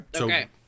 okay